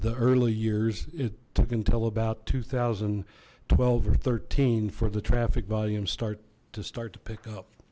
the early years it took until about two thousand and twelve or thirteen for the traffic volumes start to start to pick up